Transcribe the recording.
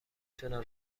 تونم